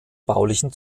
baulichen